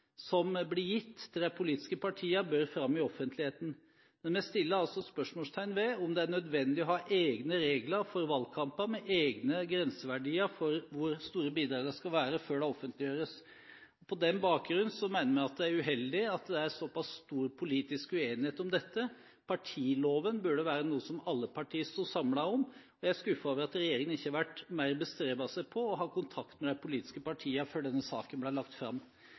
som blir gitt til de politiske partiene, bør fram i offentligheten, men vi setter altså spørsmålstegn ved om det er nødvendig å ha egne regler for valgkamper med egne grenseverdier for hvor store bidragene skal være før de offentliggjøres. På den bakgrunn mener vi det er uheldig at det er såpass stor politisk uenighet om dette. Partiloven burde være noe alle partier sto samlet om. Jeg er skuffet over at regjeringen ikke har bestrebet seg mer på å ha kontakt med de politiske partiene før denne saken ble lagt fram.